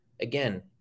Again